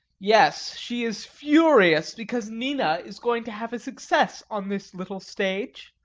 yes, she is furious because nina is going to have a success on this little stage.